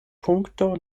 punkto